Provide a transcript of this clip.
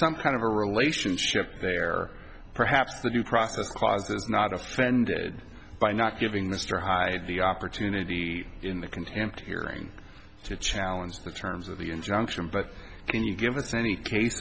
some kind of a relationship there perhaps the due process clause that is not offended by not giving mr hyde the opportunity in the contempt hearing to challenge the terms of the injunction but can you give us any case